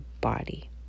body